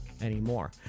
anymore